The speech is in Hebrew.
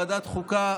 ועדת החוקה,